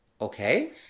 Okay